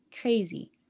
Crazy